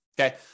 Okay